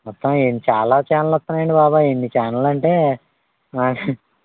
మొత్తం ఎం చాలా ఛానల్లు వత్తునాయండి బాబోయ్ ఎన్ని ఛానెల్ అంటే